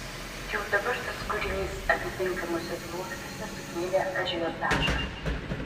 jau dabar tas kūrinys atitinkamuose sluoksniuose sukėlė ažiotažą